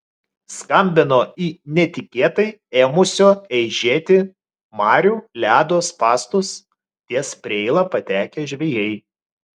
skambino į netikėtai ėmusio eižėti marių ledo spąstus ties preila patekę žvejai